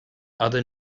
other